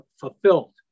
fulfilled